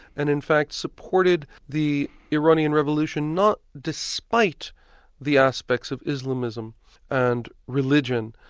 and in fact supported the iranian revolution not despite the aspects of islamism and religion,